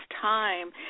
time